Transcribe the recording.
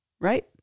right